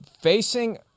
facing